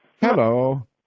Hello